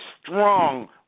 strong